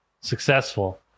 successful